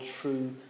true